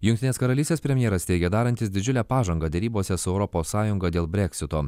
jungtinės karalystės premjeras teigė darantis didžiulę pažangą derybose su europos sąjungą dėl breksito